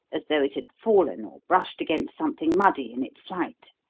as though it had fallen or brushed against something muddy in its flight.